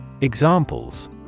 Examples